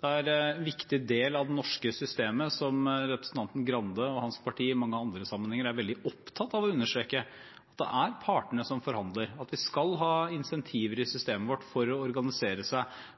Det er en viktig del av det norske systemet – som representanten Grande og hans parti i mange andre sammenhenger er veldig opptatt av å understreke – at det er partene som forhandler, at vi skal ha insentiver i systemet vårt for å organisere seg,